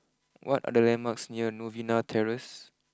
what are the landmarks near Novena Terrace